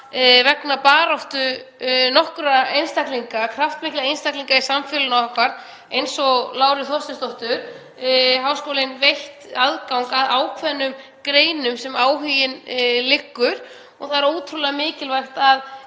vegna baráttu nokkurra einstaklinga, kraftmikilla einstaklinga í samfélagi okkar eins og Láru Þorsteinsdóttur, háskólinn veitt aðgang að ákveðnum greinum þar sem áhuginn liggur og það er ótrúlega mikilvægt að